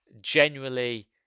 genuinely